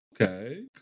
okay